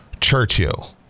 Churchill